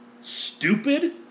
stupid